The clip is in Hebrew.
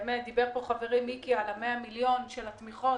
דיבר חברי מיקי על 100 מיליון של התמיכות.